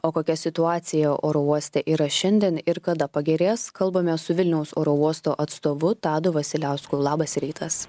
o kokia situacija oro uoste yra šiandien ir kada pagerės kalbamės su vilniaus oro uosto atstovu tadu vasiliausku labas rytas